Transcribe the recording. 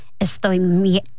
estoy